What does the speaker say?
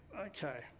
Okay